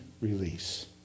release